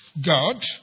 God